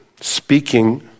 speaking